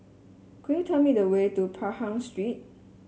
could you tell me the way to Pahang Street